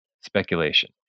speculation